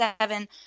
seven